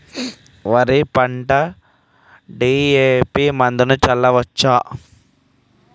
వరి పంట డి.ఎ.పి మందును చల్లచ్చా?